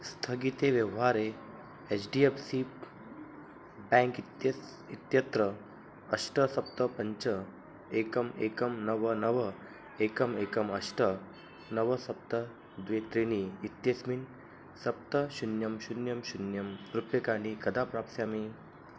स्थगिते व्यवहारे H D F C bank इत्यस्य इत्यत्र अष्ट सप्त पञ्च एकम् एकं नव नव एकम् एकम् अष्ट नव सप्त द्वे त्रीणि इत्येस्मिन् सप्त शून्यं शून्यं शून्यं रूप्यकाणि कदा प्राप्स्यामि